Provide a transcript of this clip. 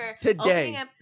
Today